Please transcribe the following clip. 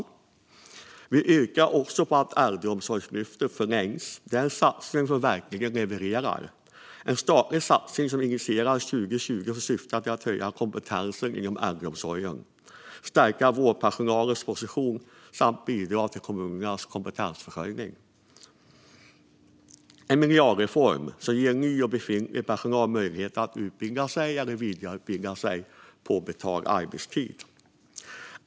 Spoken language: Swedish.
Vi socialdemokrater yrkar också på att Äldreomsorgslyftet förlängs. Det är en satsning som verkligen levererar! Den statliga satsningen initierades 2020 och syftar till att höja kompetensen i äldreomsorgen, stärka vårdpersonalens position samt bidra till kommunernas kompetensförsörjning. Det är en miljardreform som ger ny och befintlig personal möjligheter att utbilda eller vidareutbilda sig på betald arbetstid.